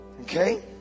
Okay